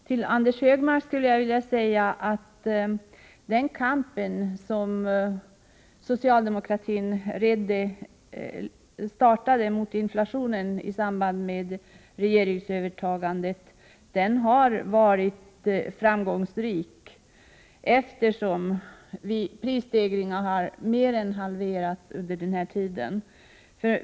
Fru talman! Den kamp mot inflationen som socialdemokratin startade i samband med regeringsövertagandet har, Anders Högmark, varit framgångsrik, eftersom prisstegringarna mer än halverats under denna tid.